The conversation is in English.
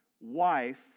wife